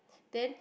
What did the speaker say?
then